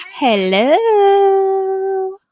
Hello